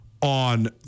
on